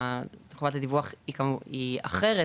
חובת הדיווח היא אחרת,